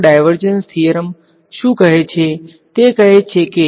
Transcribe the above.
તેથી તે જ આપણે હવે એ જોઈએ જ્યારે મારી પાસે 3D માં ડાયવર્જન્સ થીયરમ શું કહે છે તે કહે છે કે